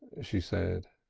she said,